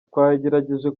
twagerageje